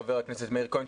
חבר הכנסת מאיר כהן,